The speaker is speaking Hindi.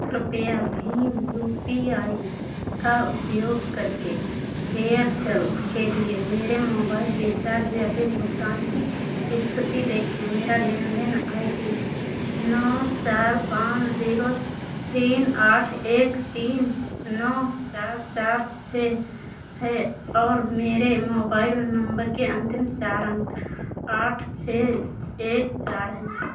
कृप्या भीम यू पी आई का उपयोग करके एयरसेल के लिए मेरे मोबाइल रिचार्ज या बिल भुगतान की स्थिति देखें मेरा लेन देन आई डी नौ चार पाँच जीरो तीन आठ एक तीन नौ चार चार छः है और मेरे मोबाइल नंबर के अंतिम चार अंक आठ एक छः चार हैं